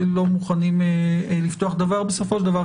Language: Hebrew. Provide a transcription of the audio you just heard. לא מוכנים לפתוח דבר בסופו של דבר,